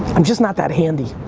i'm just not that handy.